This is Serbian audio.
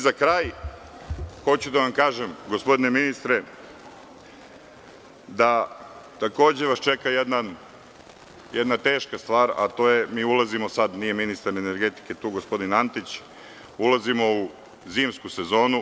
Za kraj, hoću da vam kažem gospodine ministre da vas takođe čeka jedna teška stvar, a to je, mi ulazimo sada, nije ministar energetike tu, gospodin Antić, ulazimo u zimsku sezonu.